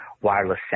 wireless